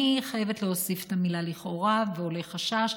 אני חייבת להוסיף את המילה "לכאורה" ו"עולה חשש",